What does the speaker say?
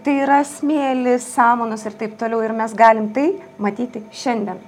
tai yra smėlis samanos ir taip toliau ir mes galim tai matyti šiandien